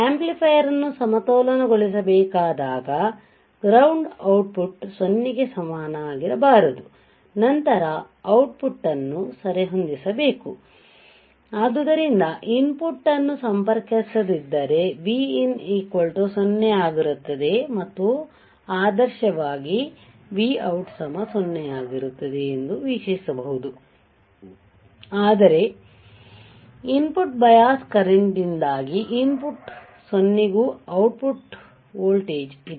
amplifier ಅನ್ನು ಸಮತೋಲನಗೊಳಿಸಬೇಕಾದಾಗ ground output 0 ಗೆ ಸಮನಾಗಿರಬಾರದು ನಂತರ ಔಟ್ ಪುಟ್ ಅನ್ನು ಸರಿಹೊಂದಿಸಬೇಕು ಆದ್ದರಿಂದ ಇನ್ ಪುಟ್ ಅನ್ನು ಸಂಪರ್ಕಿಸದಿದ್ದರೆ Vin 0 ಆಗಿರುತ್ತದೆ ಮತ್ತು ಆದರ್ಶವಾಗಿ Vout 0 ಆಗಿರುತ್ತದೆ ಎಂದು ವಿಶ್ಲೇಷಿಸಬಹುದು ಆದರೆ ಇನ್ ಪುಟ್ ಬಯಾಸ್ ಕರೆಂಟ್ ದಿಂದಾಗಿ ಇನ್ ಪುಟ್ 0 ಗೂ ಔಟ್ ಪುಟ್ ವೋಲ್ಟೇಜ್ ಇದೆ